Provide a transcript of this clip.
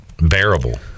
Bearable